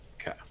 Okay